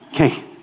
okay